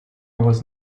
was